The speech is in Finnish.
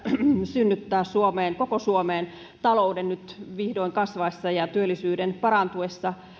synnyttää suomeen koko suomeen talouden nyt vihdoin kasvaessa ja työllisyyden parantuessa